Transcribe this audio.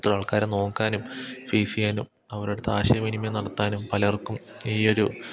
ഇത്രയും ആൾക്കാരെ നോക്കാനും ഫേസ് ചെയ്യാനും അവരടുത്ത് ആശയവിനിമയം നടത്താനും പലർക്കും ഈ ഒരു